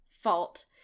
fault